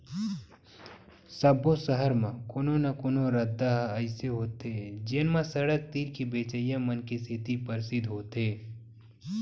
सब्बो सहर म कोनो न कोनो रद्दा ह अइसे होथे जेन म सड़क तीर के बेचइया मन के सेती परसिद्ध होथे